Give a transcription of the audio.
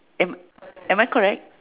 am am I correct